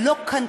היא לא קנטרנית.